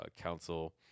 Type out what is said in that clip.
council